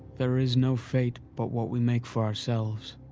there is no fate, but what we make for ourselves.